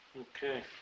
Okay